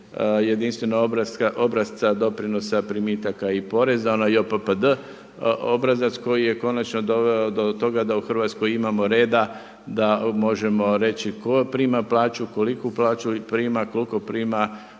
jedinstvenog obrasca doprinosa primitika i poreza, ono JPPD, obrazac koji je konačno doveo do toga da u Hrvatskoj imamo reda, da možemo reći tko prima plaću, koliku plaću prima, koliko prima